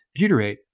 butyrate